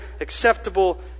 acceptable